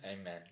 Amen